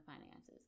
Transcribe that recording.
finances